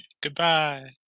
Goodbye